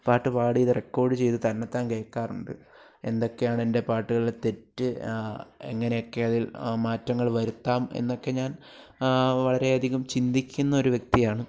പാട്ട് പാടിയത് റെക്കോർഡ് ചെയ്ത് തന്നത്താൻ കേൾക്കാറുണ്ട് എന്തൊക്കെയാണ് എൻ്റെ പാട്ടുകളിലെ തെറ്റ് എങ്ങനെയൊക്കെ അതിൽ മാറ്റങ്ങൾ വരുത്താം എന്നൊക്കെ ഞാൻ വളരെ അധികം ചിന്തിക്കുന്നൊരു വ്യക്തിയാണ്